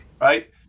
Right